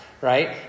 right